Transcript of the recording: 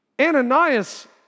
Ananias